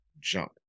jump